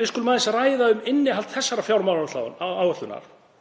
Við skulum aðeins ræða um innihald þessarar fjármálaáætlunar